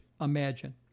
imagine